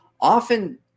Often